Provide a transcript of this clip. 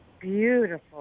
beautiful